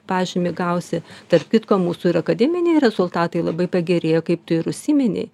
pažymį gausi tarp kitko mūsų ir akademiniai rezultatai labai pagerėjo kaip tu ir užsiminei